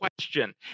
question